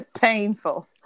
painful